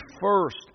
first